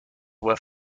were